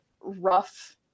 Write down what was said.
rough